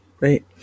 right